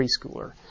preschooler